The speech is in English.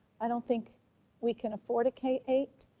i don't think we can afford a k eight.